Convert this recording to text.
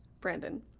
Brandon